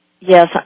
Yes